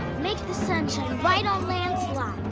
make the sun shine right on lancelot.